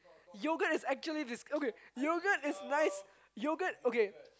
yogurt is actually this okay yogurt is nice yogurt okay